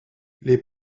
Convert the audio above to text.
les